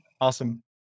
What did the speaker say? Awesome